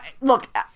Look